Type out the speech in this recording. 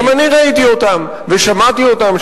גם אני ראיתי אותם ושמעתי אותם.